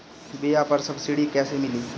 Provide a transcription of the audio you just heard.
बीया पर सब्सिडी कैसे मिली?